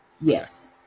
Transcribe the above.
Yes